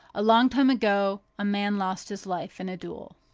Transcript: a long time ago a man lost his life in a duel.